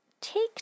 take